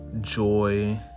joy